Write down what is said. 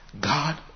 God